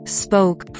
spoke